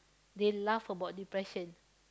they laugh about depression